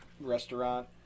restaurant